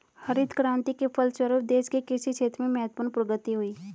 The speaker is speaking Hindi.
हरित क्रान्ति के फलस्व रूप देश के कृषि क्षेत्र में महत्वपूर्ण प्रगति हुई